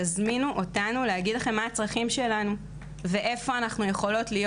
תזמינו אותנו להגיד לכם מה הצרכים שלנו ואיפה אנחנו יכולות להיות